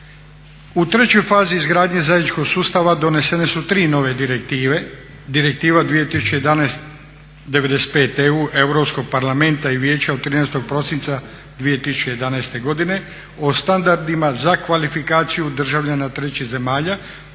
U trećoj fazi izgradnje zajedničkog sustava donesene su 3 nove direktive: Direktiva 2011. 95EU Europskog parlamenta i Vijeća od 13. prosinca 2011. godine, o standardima za kvalifikaciju državljana trećih zemalja